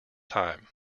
time